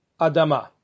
adama